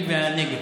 ובנגב.